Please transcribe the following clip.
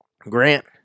Grant